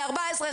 14,